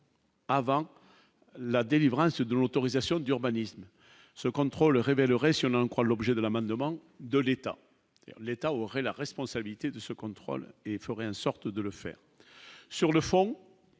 avant. La délivrance de l'autorisation d'urbanisme, ce contrôle révélerait sur croit l'objet de l'amendement de l'État, l'État aurait la responsabilité de ce contrôle et un sorte de le faire sur le fond,